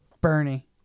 Bernie